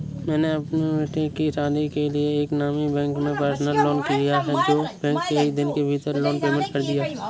मैंने अपने बेटे की शादी के लिए एक नामी बैंक से पर्सनल लोन लिया है जो बैंक ने एक दिन के भीतर लोन पेमेंट कर दिया